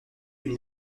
une